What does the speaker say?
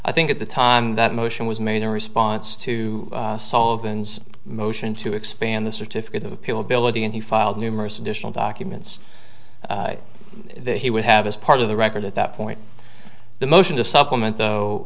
i think at the time that motion was made in response to solvents motion to expand the certificate of appeal ability and he filed numerous additional documents that he would have as part of the record at that point the motion to supplement though